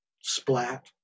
splat